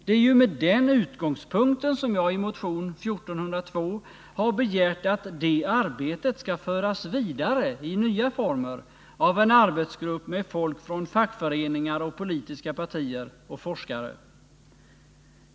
Det är med den utgångspunkten jag i motion 1402 har begärt att det arbetet skall föras vidare i nya former av en arbetsgrupp med folk från fackföreningar, politiska partier och forskare.